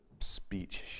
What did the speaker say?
speech